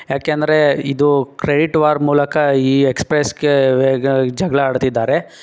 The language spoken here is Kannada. ಯಾಕೆಂದರೆ ಇದು ಕ್ರೆಡಿಟ್ ವಾರ್ ಮೂಲಕ ಈ ಎಕ್ಸ್ಪ್ರೆಸ್ಗೆ ಜಗಳ ಆಡ್ತಿದ್ದಾರೆ